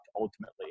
ultimately